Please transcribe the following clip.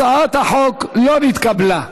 הצעת החוק לא נתקבלה.